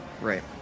Right